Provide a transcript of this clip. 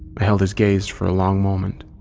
i held his gaze for a long moment,